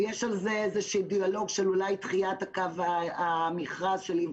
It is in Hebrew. יש על זה איזשהו דיאלוג של אולי דחיית המכרז של infra